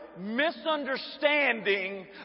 misunderstanding